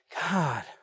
God